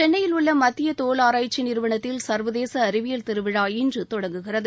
சென்னையில் உள்ள மத்திய தோல் ஆராய்ச்சி நிறுவனத்தில் சர்வதேச அறிவியல் திருவிழா இன்று தொடங்குகிறது